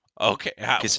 Okay